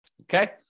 okay